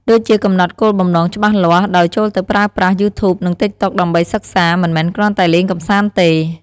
ដូចជាកំណត់គោលបំណងច្បាស់លាស់ ដោយចូលទៅប្រើប្រាស់ យូធូប និងតិកតុក ដើម្បីសិក្សា មិនមែនគ្រាន់តែលេងកម្សាន្តទេ។